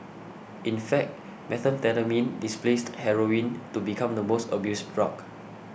in fact methamphetamine displaced heroin to become the most abused drug